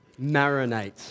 marinate